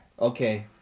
Okay